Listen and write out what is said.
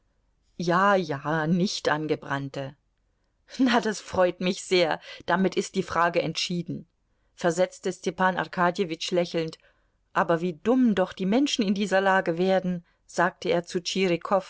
ja ja nicht angebrannte na das freut mich sehr damit ist die frage entschieden versetzte stepan arkadjewitsch lächelnd aber wie dumm doch die menschen in dieser lage werden sagte er zu